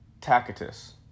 Tacitus